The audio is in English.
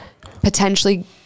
potentially